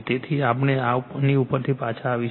તેથી આપણે આની ઉપર પાછા આવીશું